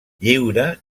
lliure